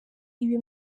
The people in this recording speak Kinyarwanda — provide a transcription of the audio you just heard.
ibi